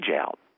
out